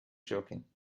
joking